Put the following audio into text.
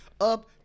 up